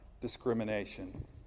discrimination